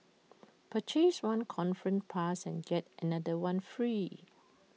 purchase one conference pass and get another one free